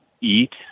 eat